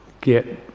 get